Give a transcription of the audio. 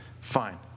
Fine